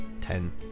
Ten